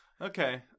okay